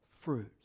fruit